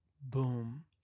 boom